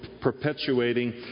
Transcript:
perpetuating